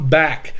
back